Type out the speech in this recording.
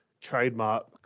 trademark